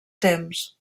temps